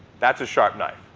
that's a sharp knife.